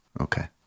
okay